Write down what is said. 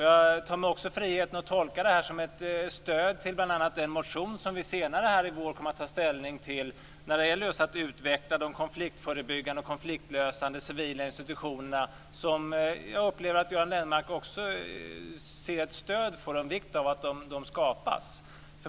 Jag tar mig också friheten att tolka det som ett stöd bl.a. för den motion som vi senare i vår kommer att ta ställning till och som syftar till att utveckla de konfliktförebyggande och konfliktlösande civila institutionerna. Jag upplever att också Göran Lennmarker stöder vikten av att de skapas.